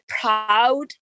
proud